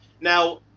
now